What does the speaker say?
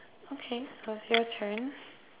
okay now it's your turn